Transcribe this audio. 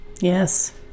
Yes